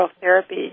therapy